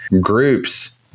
groups